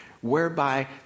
whereby